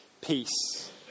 peace